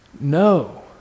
no